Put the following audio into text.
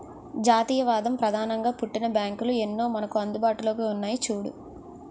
జాతీయవాదం ప్రధానంగా పుట్టిన బ్యాంకులు ఎన్నో మనకు అందుబాటులో ఉన్నాయి చూడు